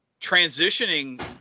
transitioning